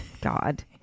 God